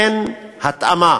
אין התאמה